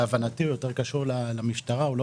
להבנתי הוא יותר קשור למשטרה והוא לא